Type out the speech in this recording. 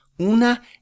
Una